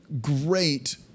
great